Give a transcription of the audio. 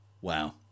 Wow